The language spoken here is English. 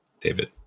David